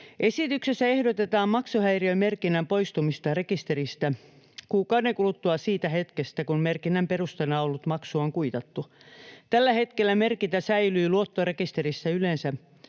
Esityksessä ehdotetaan maksuhäiriömerkinnän poistumista rekisteristä kuukauden kuluttua siitä hetkestä, kun merkinnän perusteena ollut maksu on kuitattu. Tällä hetkellä merkintä säilyy luottorekisterissä yleensä